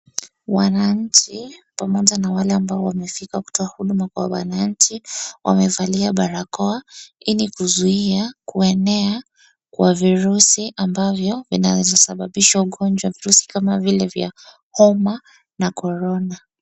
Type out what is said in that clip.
Wananchi pamoja na wale ambao wamefika kutoa huduma kwa wananchi wamevalia barakoa ili kuzuia kuenea kwa virusi ambavyo vinaweza sababisha ugonjwa wa virusi kama vile vya homa na korona.